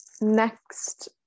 next